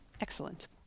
Excellent